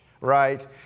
right